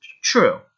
true